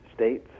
states